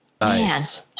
Nice